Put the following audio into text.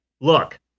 look